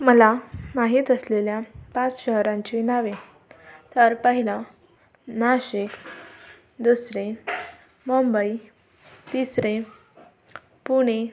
मला माहीत असलेल्या पाच शहरांची नावे तर पहिलं नाशिक दुसरे मुंबई तिसरे पुणे